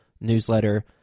newsletter